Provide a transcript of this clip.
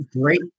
Great